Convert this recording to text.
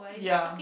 ya